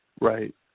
Right